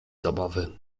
zabawy